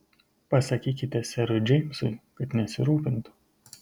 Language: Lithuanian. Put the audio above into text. pasakykite serui džeimsui kad nesirūpintų